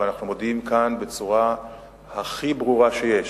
ואנחנו מודיעים כאן בצורה הברורה ביותר: